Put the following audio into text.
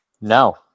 No